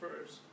first